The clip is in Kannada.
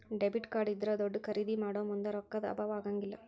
ಡೆಬಿಟ್ ಕಾರ್ಡ್ ಇದ್ರಾ ದೊಡ್ದ ಖರಿದೇ ಮಾಡೊಮುಂದ್ ರೊಕ್ಕಾ ದ್ ಅಭಾವಾ ಆಗಂಗಿಲ್ಲ್